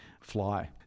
fly